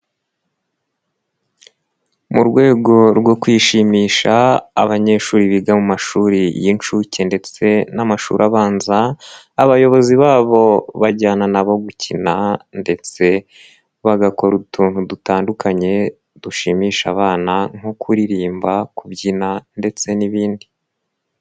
Mu rwego rwo kwishimisha abanyeshuri biga mu mashuri y'inshuke ndetse n'amashuri abanza, abayobozi babo bajyana na bo gukina ndetse bagakora utuntu dutandukanye dushimisha abana nko kuririmba, kubyina ndetse n'ibindi.